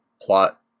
plot